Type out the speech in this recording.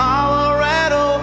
Colorado